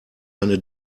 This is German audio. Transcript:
eine